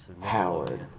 howard